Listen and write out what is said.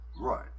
Right